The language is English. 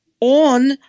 on